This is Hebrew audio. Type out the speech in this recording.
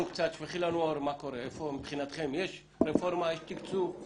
האם מבחינתכם יש רפורמה ויש תקצוב?